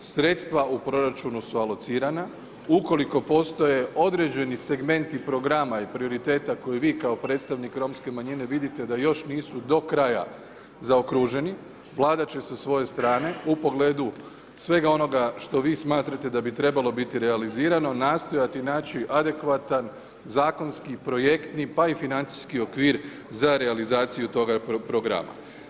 Sredstva u proračunu su alocirana, ukoliko postoje određeni segmenti programa i prioriteta, koju vi kao predstavnik Romske manjine, vidite da još nisu do kraja zaokruženi, Vlada će sa svoje strane, u pogledu, svega onoga što vi smatrate da bi trebalo biti realizirano, nastojati naći, adekvatan, zakonski projektni, pa i financijski okvir za realizaciju toga programa.